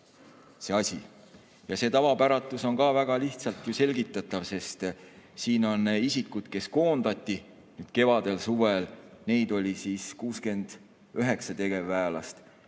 Ja see tavapäratus on ka väga lihtsalt selgitatav. Siin on isikud, kes koondati kevadel-suvel, neid oli 69 tegevväelast,